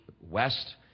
West